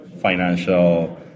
financial